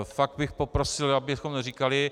Fakt bych poprosil, abychom říkali...